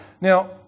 Now